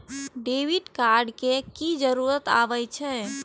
Debit card के की जरूर आवे छै?